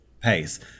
pace